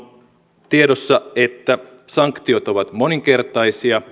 on tiedossa että sanktiot ovat moninkertaisia